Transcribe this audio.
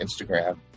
Instagram